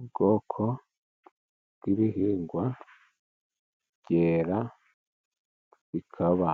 Ubwoko bw'ibihingwa byera，bikaba